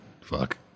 fuck